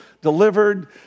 delivered